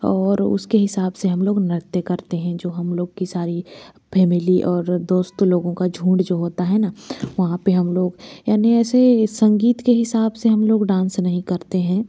और उसके हिंसाब से हम लोग नृत्य करते हैं जो हम लोग की सारी फैमिली और दोस्तो लोगों का झुंड जो होता है ना वहाँ पे हम लोग यानि ऐसे संगीत के हिंसाब से हम लोग डांस नहीं करते हैं